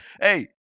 Hey